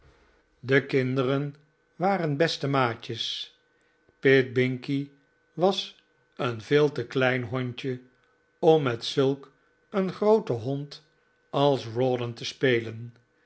de kinderen waren beste maatjes pitt binkie was een vcel tc klein hondje om met zulk een grooten hond als rawdon te spelen